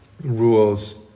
rules